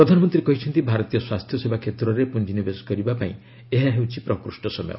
ପ୍ରଧାନମନ୍ତ୍ରୀ କହିଛନ୍ତି ଭାରତୀୟ ସ୍ୱାସ୍ଥ୍ୟସେବା କ୍ଷେତ୍ରରେ ପୁଞ୍ଜିନିବେଶ କରିବା ପାଇଁ ଏହା ହେଉଛି ପ୍ରକୃଷ୍ଟ ସମୟ